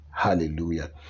Hallelujah